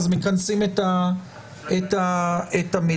עם אתגר